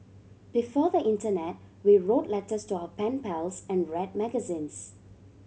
before the internet we wrote letters to our pen pals and read magazines